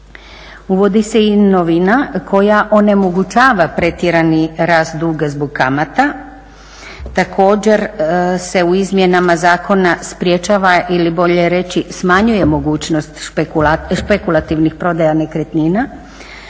Uvodi se i novina koja onemogućava pretjerani rast duga zbog kamata, također se u izmjenama zakona sprječava ili bolje reći smanjuje mogućnost špekulativnih prodaja nekretnina